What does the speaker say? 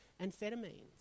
amphetamines